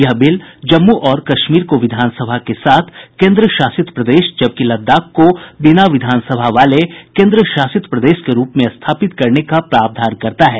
यह बिल जम्मू और कश्मीर को विधानसभा के साथ केन्द्र शासित प्रदेश जबकि लद्दाख को बिना विधानसभा वाले केन्द्र शासित प्रदेश के रूप में स्थापित करने का प्रावधान करता है